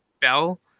Bell